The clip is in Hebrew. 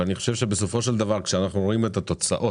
אבל אני חושב שבסופו של דבר כשאנחנו רואים את התוצאות